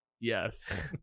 Yes